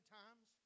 times